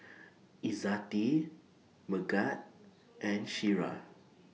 Izzati Megat and Syirah